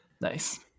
Nice